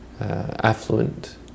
affluent